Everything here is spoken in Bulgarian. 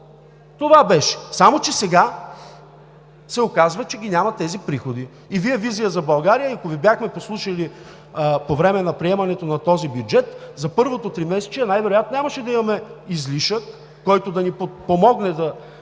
Това беше. Само че сега се оказва, че ги няма тези приходи. И ако Ви бяхме послушали по време на приемането на този бюджет, за първото тримесечие най вероятно нямаше да имаме излишък, който да ни подпомогне да